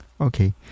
okay